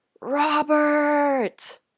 Robert